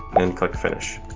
and click finish.